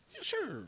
sure